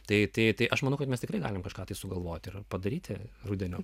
tai tėti aš manau kad mes tikrai galim kažką sugalvoti ir padaryti rudenį